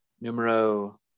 Numero